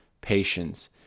patience